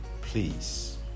please